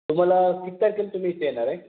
तुम्हाला किती तारखेला तुम्ही इथे येणार आहे